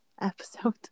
episode